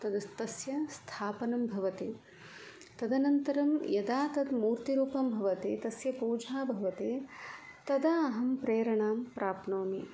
तद् तस्य स्थापनं भवति तदनन्तरं यदा तद् मूर्तिरूपं भवति तस्य पूजा भवति तदा अहं प्रेरणां प्राप्नोमि